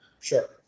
Sure